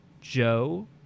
Joe